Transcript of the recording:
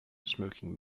smoking